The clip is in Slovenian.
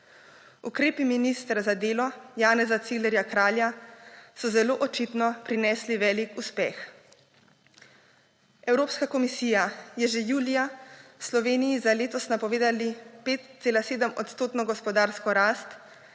Ukrepi ministra za delo Janeza Ciglerja Kralja so zelo očitno prinesli velik uspeh. Evropska komisija je že julija Sloveniji za letos napovedali 5,7-odstotno gospodarsko rast,